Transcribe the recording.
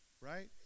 Right